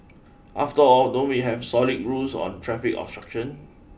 after all don't we have solid rules on traffic obstruction